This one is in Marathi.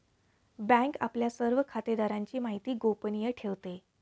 बँक आपल्या सर्व खातेदारांची माहिती गोपनीय ठेवते